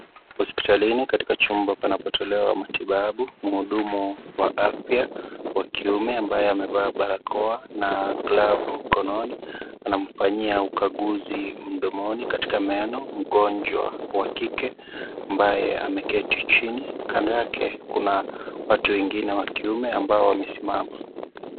Hospitalini katika chumba panapotolewa matibabu. Mhudumu wa afya wa kiume ambaye amevaa barakoa na glavu mikononi anamfanyia ukaguzi mdomoni katika meno mgonjwa wa kike ambaye ameketi chini. Kando yake kuna watu wengine wa kiume ambao wamesimama.